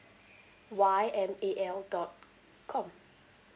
Y M A L dot com